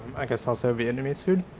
i guess also vietnamese food.